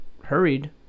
hurried